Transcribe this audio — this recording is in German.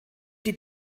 die